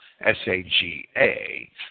S-A-G-A